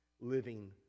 living